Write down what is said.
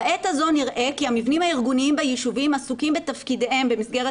ב עת הזו נראה כי המבנים הארגוניים בישובים עסוקים בתפקידיהם במסגרת